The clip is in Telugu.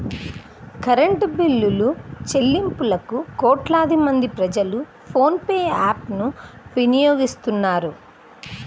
కరెంటు బిల్లులుచెల్లింపులకు కోట్లాది మంది ప్రజలు ఫోన్ పే యాప్ ను వినియోగిస్తున్నారు